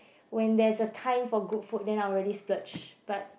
when there's a time for good food then I'll really splurge but